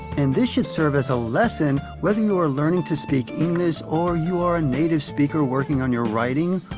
and, this should serve as a lesson whether you are learning to speak english or you are a native speaker working on your writing,